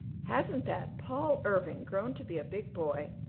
hasn't that paul irving grown to be a big boy?